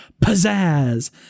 pizzazz